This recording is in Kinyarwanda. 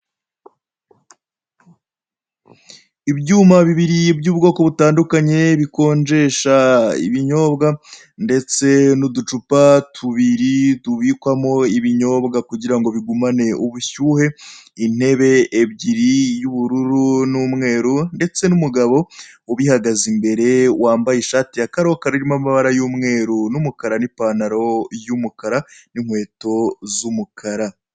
Ibyuma bibiri by'ubwoko butandukanye bikonjesha ibinyobwa ndetse n'uducupa tubiri tubikwamo ibinyobwa kugira ngo bigumane ubushyuhe, intebe ebyiri, iy'ubururu n'umweru ndetse n'umugabo ubihagaze imbere wambaye ishati ya karokaro, irimo amabara y'umweru n'umukara n'ipantaro y'umukara n'inkweto z'umukara.